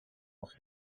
noch